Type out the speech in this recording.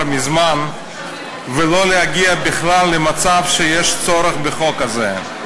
מזמן ולא להגיע בכלל למצב שיש צורך בחוק הזה.